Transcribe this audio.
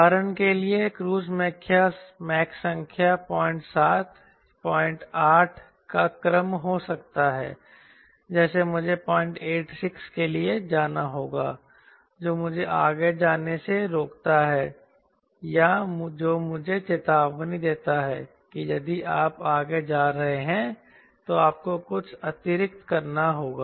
उदाहरण के लिए क्रूज़ मैक संख्या 07 08 का क्रम हो सकता है जैसे मुझे 086 के लिए जाना होगा जो मुझे आगे जाने से रोकता है या जो मुझे चेतावनी देता है कि यदि आप आगे जा रहे हैं तो आपको कुछ अतिरिक्त करना होगा